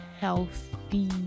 healthy